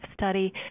study